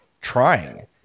trying